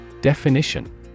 Definition